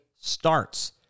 starts